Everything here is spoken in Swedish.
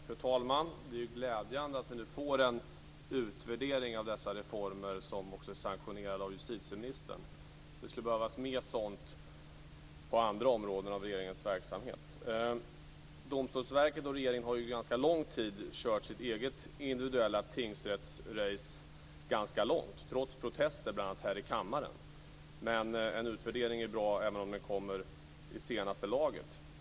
Fru talman! Det är glädjande att vi nu får en utvärdering av dessa reformer som också är sanktionerad av justitieministern. Det skulle behövas mer sådant på andra områden av regeringens verksamhet. Domstolsverket och regeringen har under ganska lång tid kört sitt eget tingsrättsrace, trots protester bl.a. här i kammaren. En utvärdering är bra, även om den kommer i senaste laget.